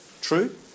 True